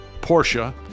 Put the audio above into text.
Porsche